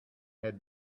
had